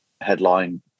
headline